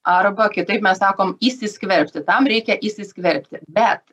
arba kitaip mes sakom įsiskverbti tam reikia įsiskverbti bet